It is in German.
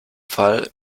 fall